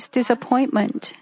disappointment